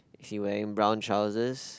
is he wearing brown trousers